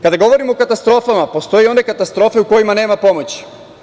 Kada govorimo o katastrofama, postoje i one katastrofe u kojima nema pomoći.